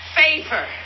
favor